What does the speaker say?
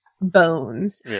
bones